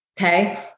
Okay